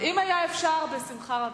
אם היה אפשר, בשמחה רבה.